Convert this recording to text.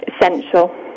essential